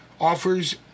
offers